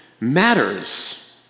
matters